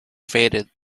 faded